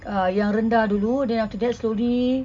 ah yang rendah dulu then after that slowly